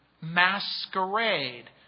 Masquerade